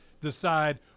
decide